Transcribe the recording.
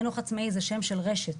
חינוך עצמאי זה שם של רשת,